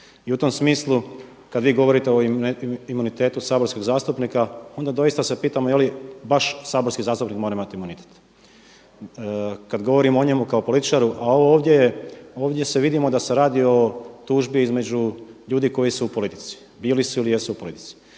I u tom smislu kad vi govorite o imunitetu saborskih zastupnika onda doista se pitam je li baš saborski zastupnik mora imati imunitet kad govorimo o njemu kao političaru a ovo ovdje vidimo da se radi o tužbi između ljudi koji su u politici, bili su ili jesu u politici.